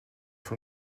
vom